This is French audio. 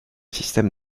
système